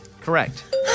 Correct